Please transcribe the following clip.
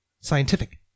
scientific